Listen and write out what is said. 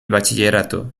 bachillerato